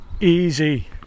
easy